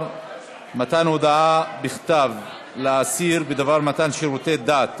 (מתן הודעה בכתב לאסיר בדבר מתן שירותי דת),